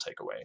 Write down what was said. takeaway